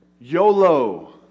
yolo